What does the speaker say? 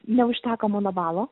neužteko mano balo